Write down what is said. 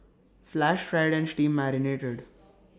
flash fried and steam marinated